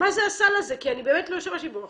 הסל הזה כי אני באמת לא השתמשתי בו.